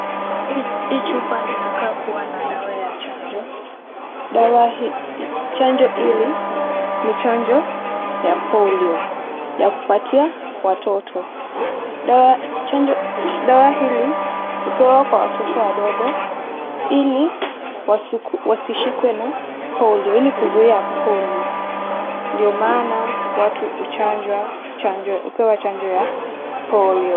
Hii chupa inakaa kuwa na dawa ya chanjo. Chanjo hili ni chanjo ya polio ya kupatia watoto. Dawa Chanjo dawa hili hupewa kwa watoto wadogo ili wasishikwe na polio ili kuzuia polio. Ndio maana watu huchanjwa, upewa chanjo ya polio.